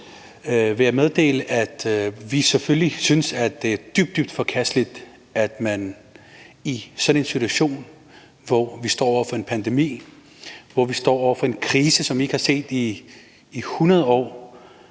jeg meddele, at vi selvfølgelig synes, det er dybt, dybt forkasteligt, at man i en situation, hvor vi står over for en pandemi, hvor vi står over for en krise, som vi ikke har set i 100 år,